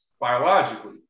biologically